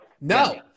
no